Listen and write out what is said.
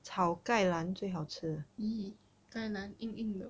!ee! 芥兰硬硬的